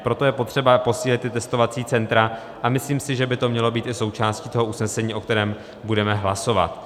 Proto je potřeba posílit ta testovací centra a myslím si, že by to mělo být i součástí toho usnesení, o kterém budeme hlasovat.